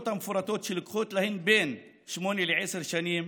המפורטות שלוקח להן בין שמונה לעשר שנים